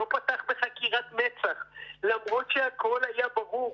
פתח בחקירת מצ"ח למרות שהכול היה ברור.